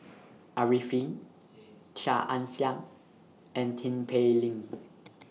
Arifin Chia Ann Siang and Tin Pei Ling